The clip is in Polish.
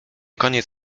koniec